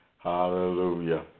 Hallelujah